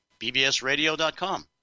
bbsradio.com